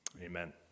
Amen